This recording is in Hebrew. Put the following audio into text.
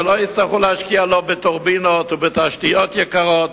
ולא יצטרכו להשקיע לא בטורבינות ולא בתשתיות יקרות.